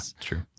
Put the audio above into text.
true